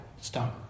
stone